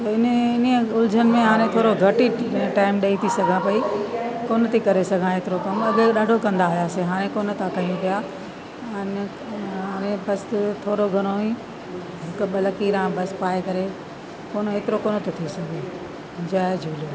इन इन ई उलझन में हाणे थोरो घटि ई टाइम थी ॾेई सघां पई कोन थी करे सघां हेतिरो कमु अॻिते ॾाढो कंदा हुयासीं हाणे कोन था कयूं पिया इन में बस थोरो घणो ई कब लकीरां बस पाए करे कोन हेतिरो कोन थो थी सघे जय झूलेलाल